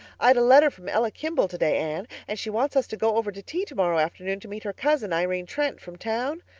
i'd a letter from ella kimball today, anne, and she wants us to go over to tea tomorrow afternoon to meet her cousin, irene trent, from town.